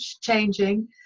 changing